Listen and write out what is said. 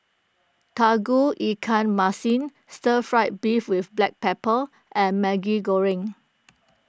Tauge Ikan Masin Stir Fry Beef with Black Pepper and Maggi Goreng